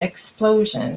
explosion